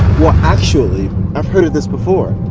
well actually i've heard of this before.